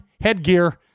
headgear